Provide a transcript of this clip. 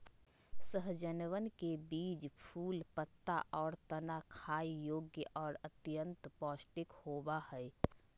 सहजनवन के बीज, फूल, पत्ता, और तना खाय योग्य और अत्यंत पौष्टिक होबा हई